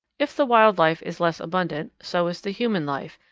if the wild life is less abundant, so is the human life,